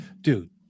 Dude